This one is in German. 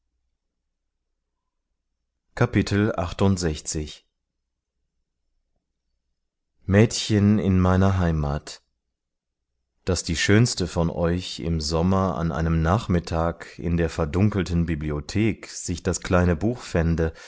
mädchen in meiner heimat daß die schönste von euch im sommer an einem nachmittag in der verdunkelten bibliothek sich das kleine buch fände